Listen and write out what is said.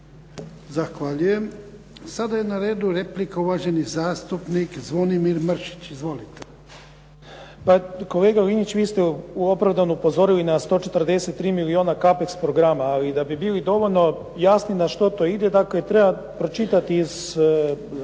Zahvaljujem. Sada je na redu replika. Uvaženi zastupnik Zvonimir Mršić. Izvolite. **Mršić, Zvonimir (SDP)** Pa kolega Linić, vi ste opravdano upozorili na 143 milijuna Kapex programa. Ali da bi bili dovoljno jasni na što to ide, dakle treba pročitati iz